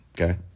okay